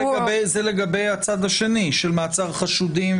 זה לגבי הצד השני, של מעצר חשודים.